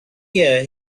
hear